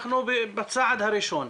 אנחנו בצעד הראשון.